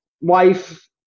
wife